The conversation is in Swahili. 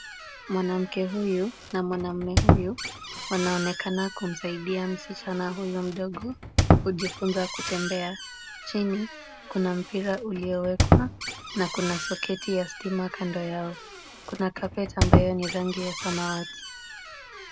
Mwanamke huyu na mwanamme huyu, wanaonekana kumsaidia msichana huyu mdogo kujifunza kutembea. Chini kuna mpira uliowekwa na kuna soketi ya stima kando yao. Kuna carpet ambayo ni rangi ya samawati.